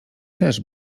też